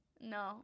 No